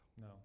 No